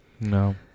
No